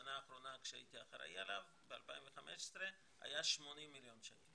בשנה האחרונה כשהייתי אחראי עליו ב-2015 היה 80 מיליון שקל,